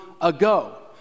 ago